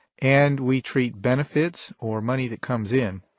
and we treat benefits, or money that comes in,